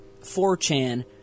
4chan